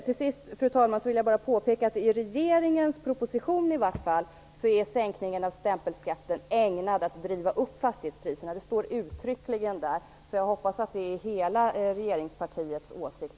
Till sist vill jag bara påpeka att sänkningen av stämpelskatten är enligt regeringens proposition ägnad att driva upp fastighetspriserna. Det står uttryckligen där, så jag hoppas att det är hela regeringspartiets åsikt.